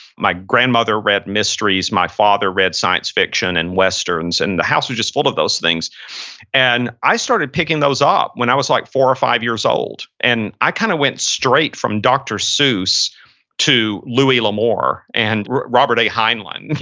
my grandmother read mysteries. my father read science fiction and westerns. and the house would just fold up those things and i started picking those up when i was like four or five years old. and i kind of went straight from dr. seuss to louis l'amour and robert heinlein.